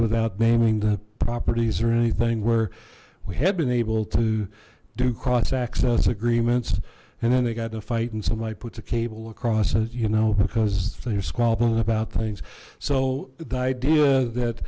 without naming the properties or anything where we have been able to do cross access agreements and then they got to fight and somebody puts a cable across you know because they're squabbling about things so the idea that